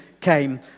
came